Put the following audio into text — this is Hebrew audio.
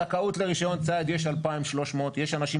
זכאות לרישיון ציד יש 2,300. יש אנשים